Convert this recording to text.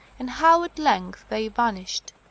and how at length they vanished.